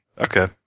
Okay